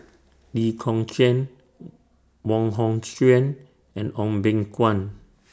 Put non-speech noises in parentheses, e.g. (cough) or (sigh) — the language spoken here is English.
(noise) Lee Kong Chian Wong Hong Suen and Goh Beng Kwan